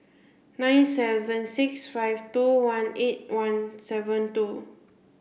nine seven six five two one eight one seven two